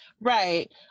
Right